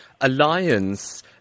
alliance